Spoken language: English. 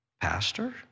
pastor